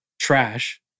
trash